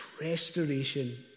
restoration